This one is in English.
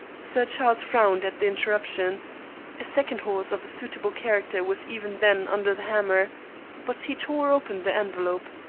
sir charles frowned at the interruption a second horse of a suitable character was even then under the hammer but he tore open the envelope.